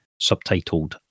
subtitled